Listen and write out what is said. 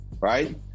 right